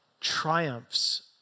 triumphs